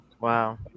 Wow